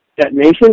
detonation